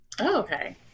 okay